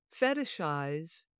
fetishize